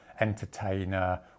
entertainer